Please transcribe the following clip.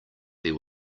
there